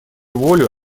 волю